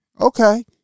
Okay